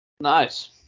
nice